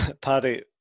Paddy